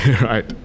right